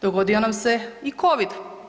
Dogodio nam se i Covid.